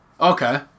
Okay